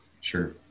Sure